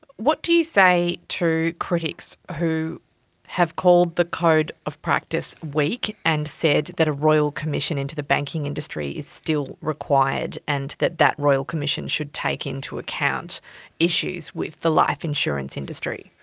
what do you say to critics who have called the code of practice weak and said that a royal commission into the banking industry is still required, and that that royal commission should take into account issues with the life insurance industry?